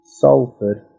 Salford